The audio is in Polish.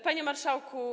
Panie Marszałku!